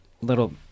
little